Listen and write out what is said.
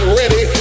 ready